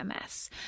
MS